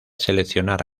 seleccionar